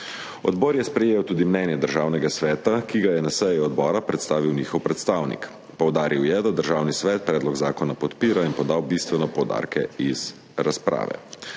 Odbor je prejel tudi mnenje Državnega sveta, ki ga je na seji odbora predstavil njihov predstavnik. Poudaril je, da Državni svet predlog zakona podpira, in podal bistvene poudarke iz razprave.